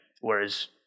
Whereas